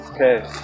Okay